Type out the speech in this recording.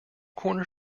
corner